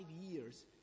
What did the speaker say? years